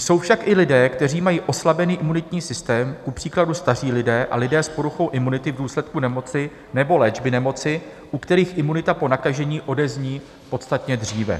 Jsou však i lidé, kteří mají oslabený imunitní systém, kupříkladu staří lidé a lidé s poruchou imunity v důsledky nemoci nebo léčby nemoci, u kterých imunita po nakažení odezní podstatně dříve.